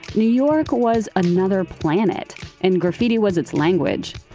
new york was another planet and graffiti was its language.